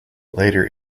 later